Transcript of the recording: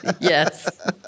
Yes